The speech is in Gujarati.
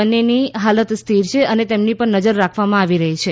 બંનેની હાલત સ્થિર છે અને તેમની પર નજર રાખવામાં આવી રહી છે